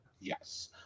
Yes